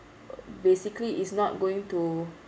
basically it's not going to